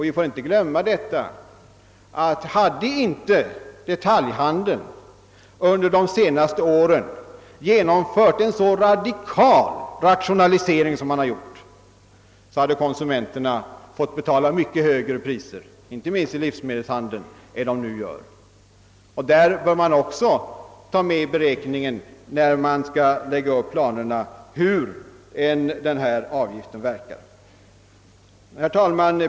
Vi får inte heller glömma att om inte detaljhandeln under de senaste åren hade genomfört en så radikal rationalisering som man gjort, hade konsumenterna fått betala mycket högre priser, inte minst i livsmedelshandeln, än de nu gör. Detta bör man också ta med i beräkningen när man skall lägga upp planerna för hur denna nya avgift kommer att verka. Herr talman!